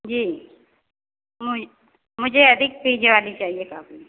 जी मुझे अधिक पेज वाली चाहिए कापी